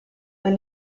per